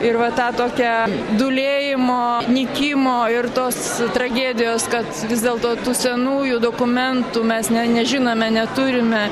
ir va tą tokią dūlėjimo nykimo ir tos tragedijos kad vis dėlto tų senųjų dokumentų mes ne nežinome neturime